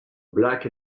black